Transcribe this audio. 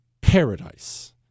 paradise